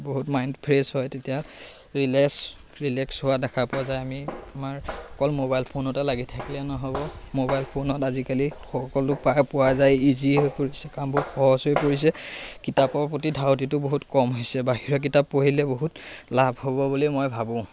বহুত mind fresh হয় তেতিয়া ৰিলেচ ৰিলেক্স হোৱা দেখা পোৱা যায় আমি আমাৰ অকল মোবাইল ফোনতে লাগি থাকিলে নহ'ব মোবাইল ফোনত আজিকালি সকলো পা পোৱা যায় ইজি হৈ পৰিছে কামবোৰ সহজ হৈ পৰিছে কিতাপৰ প্ৰতি ধাউতিটো বহুত কম হৈছে বাহিৰৰ কিতাপ পঢ়িলে বহুত লাভ হ'ব বুলি মই ভাবোঁ